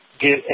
get